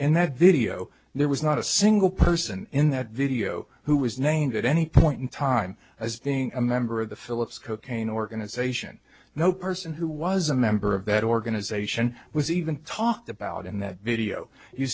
in that video there was not a single person in that video who was named at any point in time as being a member of the philips cocaine organization no person who was a member of that organization was even talked about in that video you